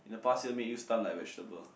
the past year make you stun like vegetable